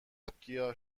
گیاه